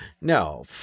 No